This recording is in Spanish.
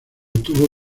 tuvo